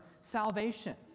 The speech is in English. salvation